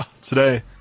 Today